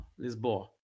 Lisboa